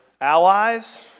allies